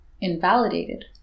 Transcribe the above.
invalidated